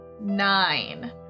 nine